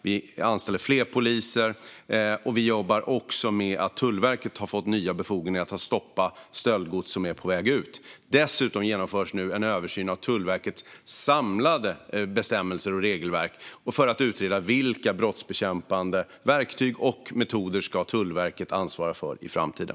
Vi anställer fler poliser, och vi jobbar med Tullverkets nya befogenheter att stoppa stöldgods som är på väg ut. Dessutom genomförs nu en översyn av Tullverkets samlade bestämmelser och regelverk för att utreda vilka brottsbekämpande verktyg och metoder Tullverket ska ansvara för i framtiden.